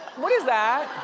what is that?